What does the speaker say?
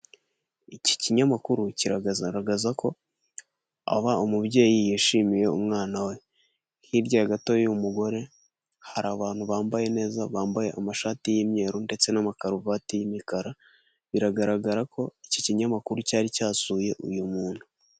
Iki kinyamakuru kigaragaza ko aba umubyeyi yishimiye umwana we, hirya gato y'uwo mugore hari abantu bambaye neza, bambaye amashati y'imyeru ndetse n'amakaruvati y'imikara, biragaragara ko iki kinyamakuru cyari cyasuye uyu muntu.